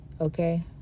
okay